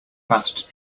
fast